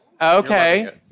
Okay